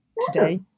today